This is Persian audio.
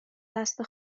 دسته